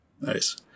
Nice